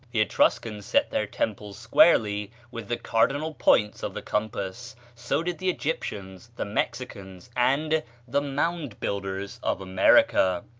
the etruscans set their temples squarely with the cardinal points of the compass so did the egyptians, the mexicans, and the mound builders of america.